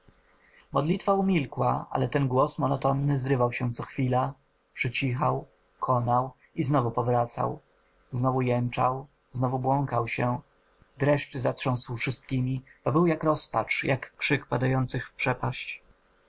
modlitwa umilkła ale ten głos monotonny zrywał się co chwila przycichał konał i znowu powracał znowu jęczał znowu błąkał się dreszcz zatrząsł wszystkimi bo był jak rozpacz jak krzyk padających w przepaść